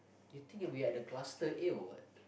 you think we are the cluster A or what